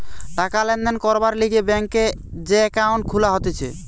টাকা লেনদেন করবার লিগে ব্যাংকে যে একাউন্ট খুলা হতিছে